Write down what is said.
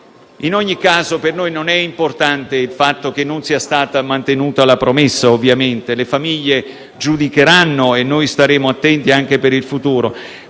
In ogni caso per noi, ovviamente, non è importante il fatto che non sia stata mantenuta la promessa. Le famiglie giudicheranno e noi staremo attenti anche per il futuro.